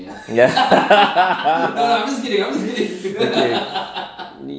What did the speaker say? okay